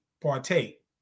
partake